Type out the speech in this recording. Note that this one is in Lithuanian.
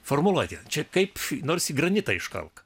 formuluotė čia kaip nors į granitą iškalk